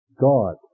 God